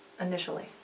initially